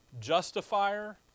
justifier